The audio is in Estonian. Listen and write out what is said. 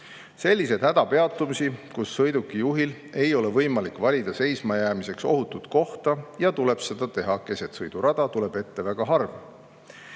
Selliseid hädapeatumisi, kus sõidukijuhil ei ole võimalik valida seisma jäämiseks ohutut kohta ja tuleb seda teha keset sõidurada, tuleb ette väga harva.